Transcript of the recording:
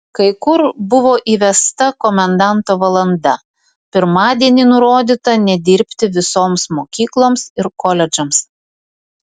kai kur buvo įvesta komendanto valanda pirmadienį nurodyta nedirbti visoms mokykloms ir koledžams